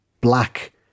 black